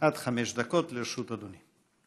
עד חמש דקות לרשות אדוני.